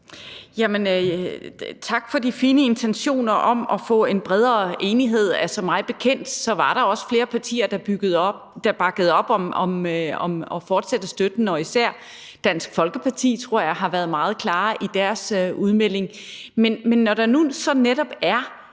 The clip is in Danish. tak for de fine intentioner om at få en bredere enighed. Altså, mig bekendt var der også flere partier, der bakkede op om at fortsætte støtten, og især Dansk Folkeparti, tror jeg, har været meget klare i deres udmelding. Men når der nu så netop er